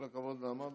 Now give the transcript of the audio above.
כל הכבוד, נעמה.